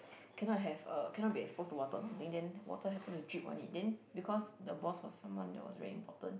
cannot have a cannot be exposed to water then then water happened to drip on it then because the boss was someone that was very important